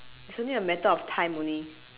it's only a matter of time only